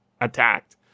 attacked